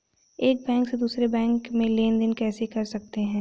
एक बैंक से दूसरे बैंक में लेनदेन कैसे कर सकते हैं?